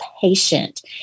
patient